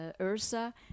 ursa